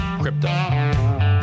Crypto